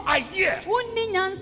idea